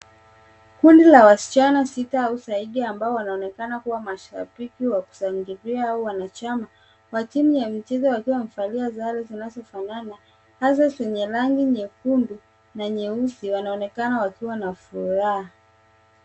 Kundi la wasichana sita au zaidi ambao wanaonekana kuwa mashabiki wa kushangilia au wanachama. Matimu ya michezo wakiwa wamevalia sare zinazofanana hasa zenye rangi nyekundu na nyeusi. Wanaonekana wakiwa na furaha.